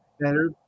better